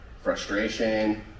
Frustration